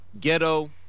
Ghetto